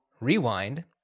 Rewind